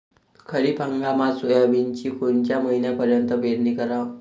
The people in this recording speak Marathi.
खरीप हंगामात सोयाबीनची कोनच्या महिन्यापर्यंत पेरनी कराव?